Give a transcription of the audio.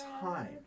time